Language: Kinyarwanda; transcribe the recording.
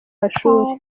mashuri